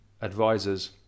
advisors